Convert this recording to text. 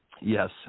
Yes